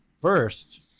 first